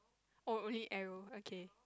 oh only arrow okay